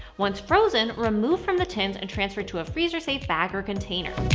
once frozen, remove from the tins and transfer to a freezer-safe bag or container.